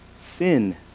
sin